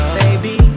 baby